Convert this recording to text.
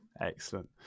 excellent